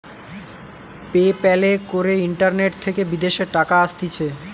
pay প্যালে করে internet থেকে বিদেশের টাকা আসতিছে